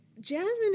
Jasmine